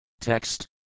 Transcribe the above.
Text